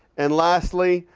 and lastly,